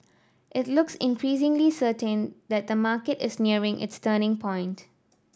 it looks increasingly certain that the market is nearing its turning point